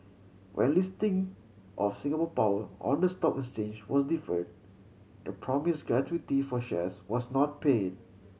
when listing of Singapore Power on the stock exchange was deferred the promise gratuity for shares was not paid